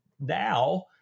now